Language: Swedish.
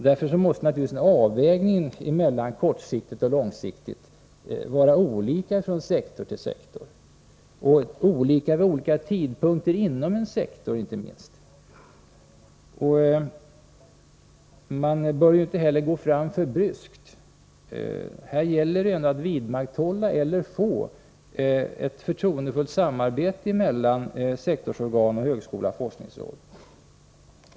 Därför måste givetvis avvägningen kortsiktigt-långsiktigt vara olika från sektor till sektor och inte minst olika vid olika tidpunkter inom en sektor. Man bör inte heller gå fram för bryskt. Här gäller det att vidmakthålla eller att få till stånd ett förtroendefullt samarbete mellan sektorsorganen och högskola/forskningsråd.